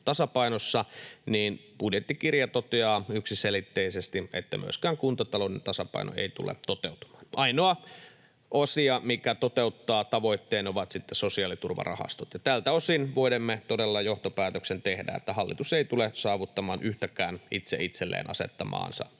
tasapainossa, niin budjettikirja toteaa yksiselitteisesti, että myöskään kuntatalouden tasapaino ei tule toteutumaan. Ainoa osio, mikä toteuttaa tavoitteet, on sitten sosiaaliturvarahastot. Tältä osin voinemme todella johtopäätöksen tehdä, että hallitus ei tule saavuttamaan yhtäkään itse itselleen asettamaansa